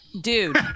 dude